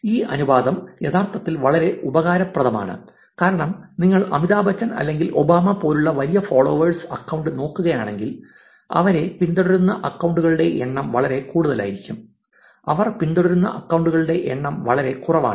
ഈ അനുപാതം യഥാർത്ഥത്തിൽ വളരെ ഉപകാരപ്രദമാണ് കാരണം നിങ്ങൾ അമിതാഭ് ബച്ചൻ അല്ലെങ്കിൽ ഒബാമ പോലുള്ള വലിയ ഫോളോവേഴ്സ് അക്കൌണ്ട് നോക്കുകയാണെങ്കിൽ അവരെ പിന്തുടരുന്ന അക്കൌണ്ടുകളുടെ എണ്ണം വളരെ കൂടുതലായിരിക്കും അവർ പിന്തുടരുന്ന അക്കൌണ്ടുകളുടെ എണ്ണം വളരെ കുറവാണ്